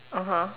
(uh huh)